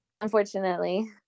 Unfortunately